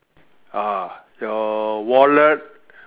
ah your wallet